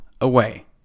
away